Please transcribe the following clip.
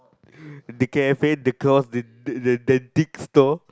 the cafe they call the the the dick store